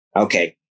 Okay